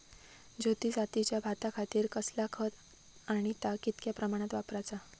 ज्योती जातीच्या भाताखातीर कसला खत आणि ता कितक्या प्रमाणात वापराचा?